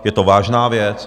Je to vážná věc.